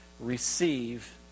receive